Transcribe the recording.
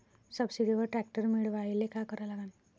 सबसिडीवर ट्रॅक्टर मिळवायले का करा लागन?